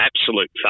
absolute